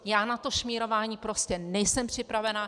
Já na to šmírování prostě nejsem připravená.